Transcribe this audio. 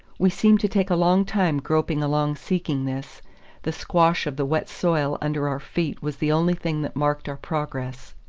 we seemed to take a long time groping along seeking this the squash of the wet soil under our feet was the only thing that marked our progress.